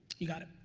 you got it.